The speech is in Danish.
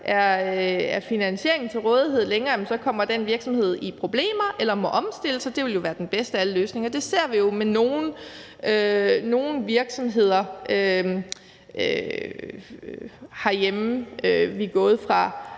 er finansiering til rådighed, så kommer den virksomhed i problemer, eller også må den omstille sig, hvilket jo ville være den bedste af alle løsninger. Det ser vi jo med nogle virksomheder herhjemme, hvor vi